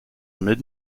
mid